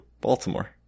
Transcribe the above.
Baltimore